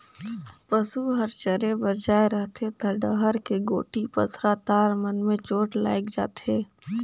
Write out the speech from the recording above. पसू हर चरे बर जाये रहथे त डहर के गोटी, पथरा, तार मन में चोट लायग जाथे